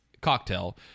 cocktail